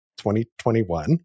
2021